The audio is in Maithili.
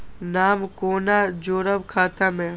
नाम कोना जोरब खाता मे